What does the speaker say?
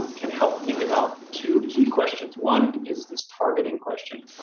can help think about two key questions. one is this targeting question,